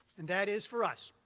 and that is for us